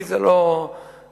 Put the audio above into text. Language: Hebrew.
לי זה לא משנה,